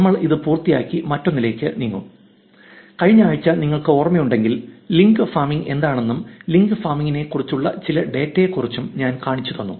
നമ്മൾ അത് പൂർത്തിയാക്കി മറ്റൊന്നിലേക്ക് നീങ്ങും കഴിഞ്ഞ ആഴ്ച നിങ്ങൾക്ക് ഓർമ്മയുണ്ടെങ്കിൽ ലിങ്ക് ഫാമിംഗ് എന്താണെന്നും ലിങ്ക് ഫാമിംഗിനെക്കുറിച്ചുള്ള ചില ഡാറ്റയെക്കുറിച്ചും ഞാൻ കാണിച്ചുതന്നു